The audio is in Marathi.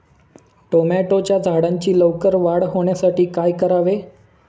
टोमॅटोच्या झाडांची लवकर वाढ होण्यासाठी काय करावे?